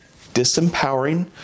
Disempowering